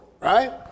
right